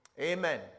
Amen